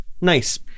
Nice